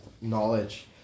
knowledge